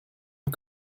für